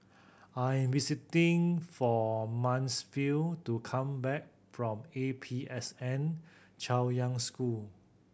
I am visiting for Mansfield to come back from A P S N Chaoyang School